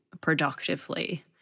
productively